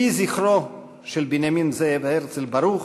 יהי זכרו של בנימין זאב הרצל ברוך,